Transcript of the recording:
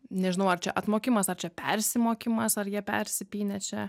nežinau ar čia atmokimas ar čia persimokymas ar jie persipynę čia